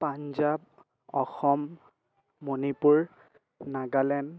Punjab Assam Manipur Nagaland